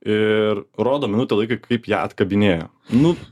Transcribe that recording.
ir rodo minutę laiko kaip ją atkabinėjo nu